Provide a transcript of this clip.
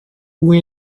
who